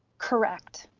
correct.